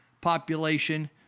population